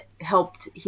helped